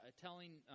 telling